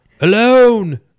Alone